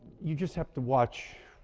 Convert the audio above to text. you just have to watch